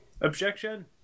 Objection